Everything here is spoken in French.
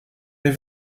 l’ai